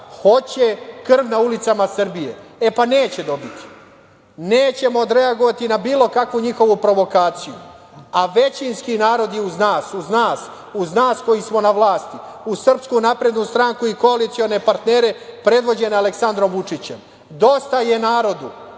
hoće krv na ulicama Srbije. E, pa neće dobiti, nećemo odreagovati na bilo kakvu njihovu provokaciju. Većinski narod je uz nas, uz nas koji smo na vlasti, uz Srpsku naprednu stranku i koalicione partnere predvođene Aleksandrom Vučićem. Dosta je narodu